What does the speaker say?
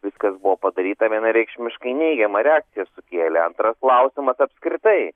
viskas buvo padaryta vienareikšmiškai neigiamą reakciją sukėlė antras klausimas apskritai